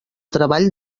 treball